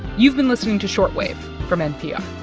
you've been listening to short wave from npr